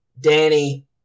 Danny